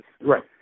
Right